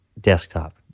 desktop